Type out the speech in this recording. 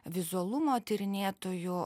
vizualumo tyrinėtojų